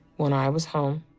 when i was home,